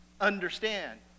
understand